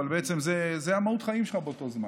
אבל בעצם זו מהות החיים שלך באותו זמן.